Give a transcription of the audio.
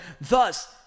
Thus